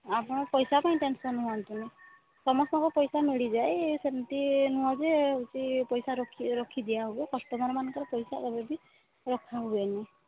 ଆପଣ ପଇସା ପାଇଁ ଟେନ୍ସନ୍ ହୁଅନ୍ତୁନି ସମସ୍ତଙ୍କ ପଇସା ମିଳିଯାଏ ସେମିତି ନୁହେଁ ଯେ ହେଉଛି ପଇସା ରଖିଦିଆହେବ କଷ୍ଟମର୍ମାନଙ୍କ ପଇସା କେବେ ବି ରଖାହୁଏ ନାହିଁ